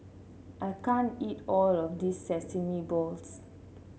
I can't eat all of this Sesame Balls